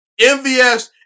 MVS